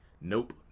Nope